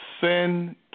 sin